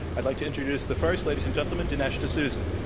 i'd like to introduce the first, ladies and gentlemen, dinesh d'souza.